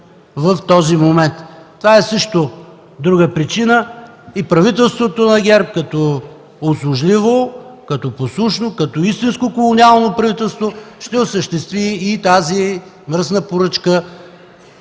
Това е друга причина. Правителството на ГЕРБ като послушно, като истинско колониално правителство ще осъществи и тази мръсна поръчка,